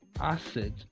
acid